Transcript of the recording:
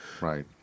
Right